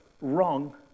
wrong